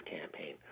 campaign